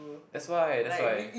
that's why that's why